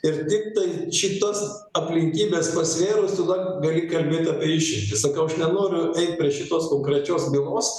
ir tiktai šitas aplinkybes pasvėrus tada gali kalbėt apie išimtis sakau aš nenoriu eit prie šitos konkrečios bylos